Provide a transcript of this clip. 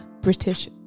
British